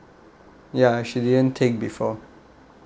ya actually didn't take before